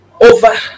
over